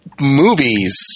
movies